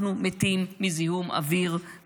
אנחנו מתים מזיהום אוויר,